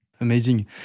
Amazing